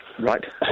Right